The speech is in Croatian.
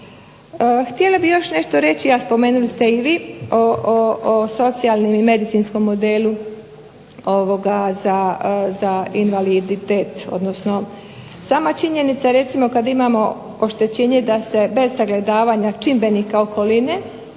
Htjela bih još nešto reći, a spomenuli ste i vi o socijalnom i medicinskom modelu za invaliditet, odnosno sama činjenica recimo kad imamo oštećenje da se bez sagledavanja čimbenika okoline